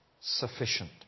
sufficient